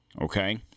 okay